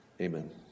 amen